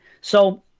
So-